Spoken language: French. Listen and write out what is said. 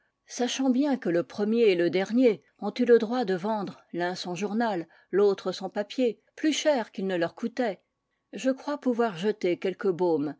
sachant bien que le premier et le dernier ont eu le droit de vendre tun son journal l'autre son papier plus cher qu'ils ne leur coûtaient je crois pouvoir jeter quelque baume